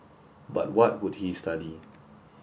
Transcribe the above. but what would he study